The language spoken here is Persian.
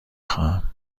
خواهم